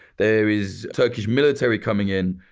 there is turkish military coming in.